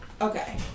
Okay